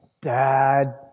dad